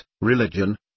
religion